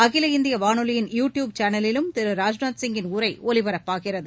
அகில இந்திய வானொலியின் யுடியூப் சேனலிலும் திரு ராஜ்நாத்சிங்கின் உரை ஒலிபரப்பாகிறது